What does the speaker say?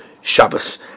Shabbos